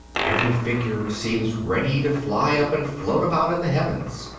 every figure seems ready to fly up and float about in the heavens.